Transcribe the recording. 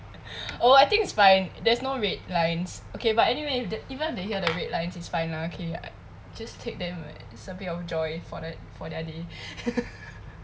oh I think it's fine there's no red lines okay but anyway if they even if they hear the red lines is fine lah okay I just take them like is a bit of joy for the for their day